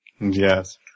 Yes